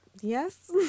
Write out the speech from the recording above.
Yes